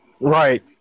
Right